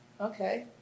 Okay